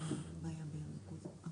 אז